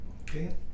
okay